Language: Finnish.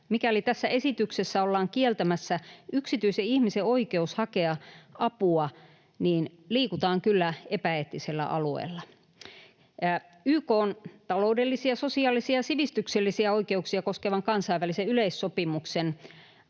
Mikäli tässä esityksessä ollaan kieltämässä yksityisen ihmisen oikeus hakea apua, liikutaan kyllä epäeettisellä alueella. YK:n taloudellisia, sosiaalisia ja sivistyksellisiä oikeuksia koskevan kansainvälisen yleissopimuksen